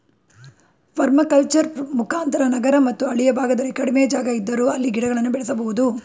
permaculture ಮುಖಾಂತರ ನಗರ ಮತ್ತು ಹಳ್ಳಿಯ ಭಾಗದಲ್ಲಿ ಕಡಿಮೆ ಜಾಗ ಇದ್ದರೂ ಅಲ್ಲಿ ಗಿಡಗಳನ್ನು ಬೆಳೆಸಬೋದು